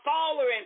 following